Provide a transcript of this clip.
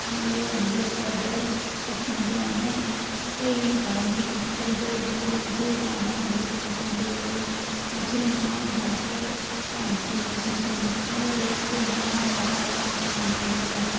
मेरे अंदर का डर खत्म हुआ मैं कई धार्मिक स्थल गई जहाँ मुझे जाना बहुत पसंद है और मुझे वहाँ जाकर शांति महसूस हुई और एक नया वातावरण का आनंद मिला